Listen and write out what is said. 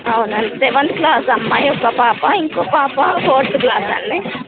అవునండి seventh class అమ్మాయి ఒక్క పాప ఇంకో పాప ఫోర్త్ క్లాస్ అండి